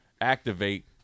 activate